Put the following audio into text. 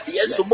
Yes